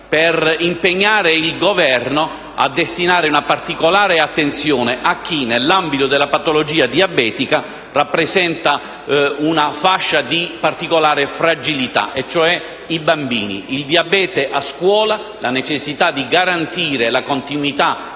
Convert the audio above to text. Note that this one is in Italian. per impegnare il Governo a destinare una particolare attenzione a chi, nell'ambito della patologia diabetica, rappresenta una fascia di particolare fragilità e cioè i bambini. Il diabete a scuola, la necessità di garantire la continuità